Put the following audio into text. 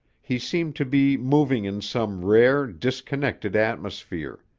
he seemed to be moving in some rare, disconnected atmosphere.